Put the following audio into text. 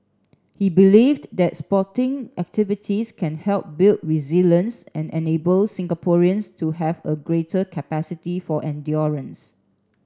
he believed that sporting activities can help build resilience and enable Singaporeans to have a greater capacity for endurance